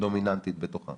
שדומיננטית בתוכן